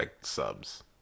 subs